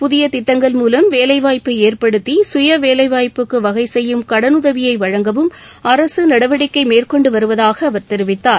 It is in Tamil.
புதியதிட்டங்கள் மூலம் வேலைவாய்ப்பைஏற்படுத்திசுயவேலைவாய்ப்புக்குவகைசெய்யும் கடனுதவியைவழங்கவும் அரசுநடவடிக்கைமேற்கொண்டுவருவதாகஅவர் தெரிவித்தார்